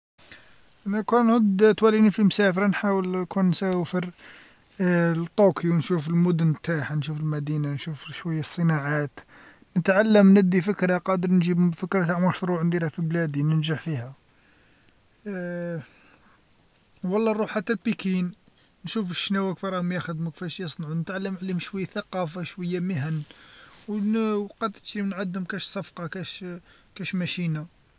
انا كان نعود توريني فالمسافرة نحاول نكون نسافر لطوكيو ونشوف المدن نتاعها نشوف المدينة نشوف شوية الصناعات، نتعلم ندي فكرة قادر نجيب فكرة مشروع نديرها في بلادي ننجح فيها، ولا نروح حتى لبكين نشوف شناوة كفاه راهم يخدمو كفا يصنعو نتعلم عليهم شوية ثقافة شوية مهن وقد تشري عليهم كاش سفقة كاش ماشينة.